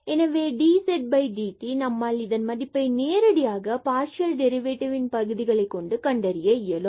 எனவே dz dt நம்மால் இதன் மதிப்பை நேரடியாக பார்சியல் டெரிவேட்டிவ் ன் பகுதிகளாக கொண்டு கண்டறிய இயலும்